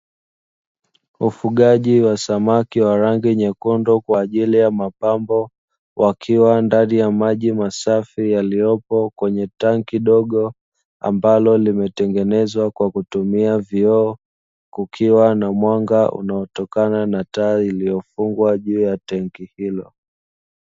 Ufugaji wa samaki wa rangi nyekundu kwa ajili ya mapambo wakiwa ndani ya maji masafi yaliyopo ndani, ya tenki dogo ambalo limetengenezwa kwa kutumia vioo kukiwa na mwanga unaotokana na taa iliyofungwa juu ya tenki hilo.